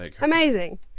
Amazing